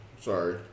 Sorry